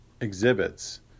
exhibits